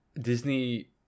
Disney